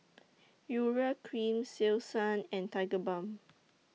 Urea Cream Selsun and Tigerbalm